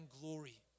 glory